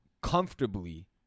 comfortably